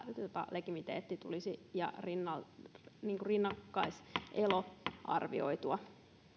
legitimiteetti ja rinnakkaiselo tulisi arvioitua